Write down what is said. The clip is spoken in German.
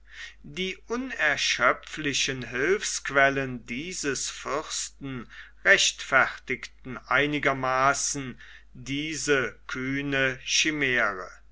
die unerschöpflichen hilfsquellen dieses fürsten rechtfertigten einigermaßen diese kühne chimäre